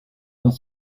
dans